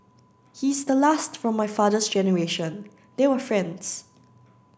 he's the last from my father's generation they were friends